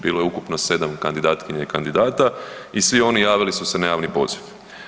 Bilo je ukupno 7 kandidatkinja i kandidata i svi oni javili su se na javni poziv.